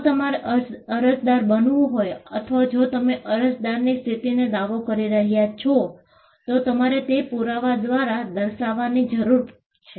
જો તમારે અરજદાર બનવું હોય અથવા જો તમે અરજદારની સ્થિતિનો દાવો કરી રહ્યા છો તો તમારે તે પુરાવા દ્વારા દર્શાવવાની જરૂર છે